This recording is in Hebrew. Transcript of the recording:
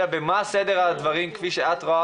אלא מה סדר הדברים כפי שאת רואה,